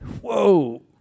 Whoa